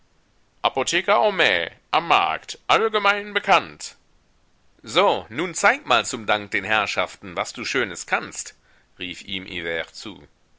apotheker homais am markt allgemein bekannt so nun zeig mal zum dank den herrschaften was du schönes kannst rief ihm hivert zu